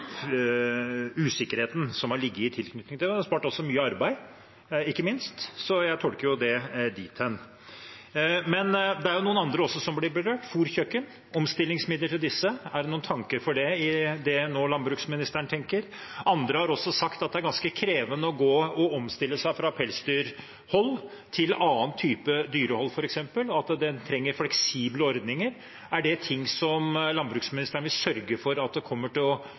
usikkerheten som har vært i tilknytning til det. En hadde ikke minst spart seg for mye arbeid. Så jeg tolker det dit hen. Det er også noen andre som blir berørt: fôrkjøkken. Er det noen tanker om omstillingsmidler til dem i det som landbruksministeren nå tenker? Andre har sagt at det er ganske krevende å omstille seg fra pelsdyrhold til annen type dyrehold, f.eks., og at en trenger fleksible ordninger. Er det noe som landbruksministeren vil sørge for kommer til å